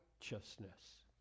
righteousness